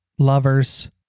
Lovers